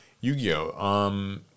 Yu-Gi-Oh